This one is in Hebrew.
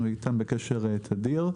אנחנו איתם בקשר תדיר,